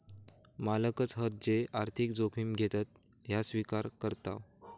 मालकच हत जे आर्थिक जोखिम घेतत ह्या स्विकार करताव